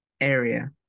area